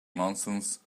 nonsense